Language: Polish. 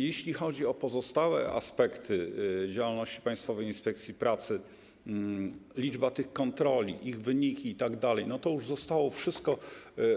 Jeśli chodzi o pozostałe aspekty działalności Państwowej Inspekcji Pracy, liczbę tych kontroli, ich wyniki itd., to już zostało wszystko